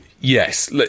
yes